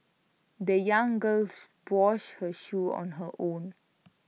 the young girl washed her shoes on her own